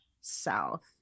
South